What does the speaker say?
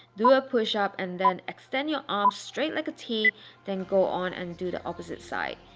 do a push-up and then extend your arms straight like a t then go on and do the opposite side.